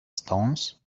stones